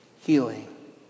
healing